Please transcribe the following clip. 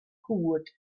cwd